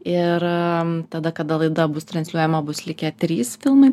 ir tada kada laida bus transliuojama bus likę trys filmai